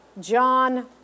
John